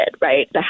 Right